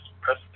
press